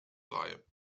sei